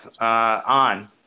on